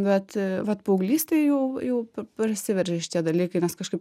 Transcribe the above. bet vat paauglystėj jau jau prasiveržė šitie dalykai nes kažkaip